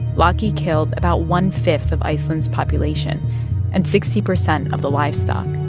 laki killed about one-fifth of iceland's population and sixty percent of the livestock.